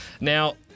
Now